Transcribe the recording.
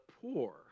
poor